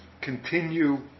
continue